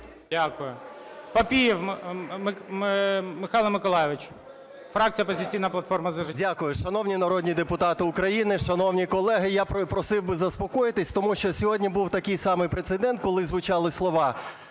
Дякую. Папієв Михайло Миколайович, фракція "Опозиційна платформа - За життя". 18:01:07 ПАПІЄВ М.М. Дякую. Шановні народні депутати України, шановні колеги! Я просив би заспокоїтись, тому що сьогодні був такий самий прецедент, коли звучали слова,